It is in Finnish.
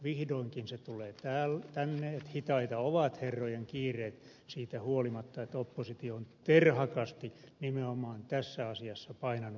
vihdoinkin se tulee tänne hitaita ovat herrojen kiireet siitä huolimatta että oppositio on terhakkaasti nimenomaan tässä asiassa painanut päälle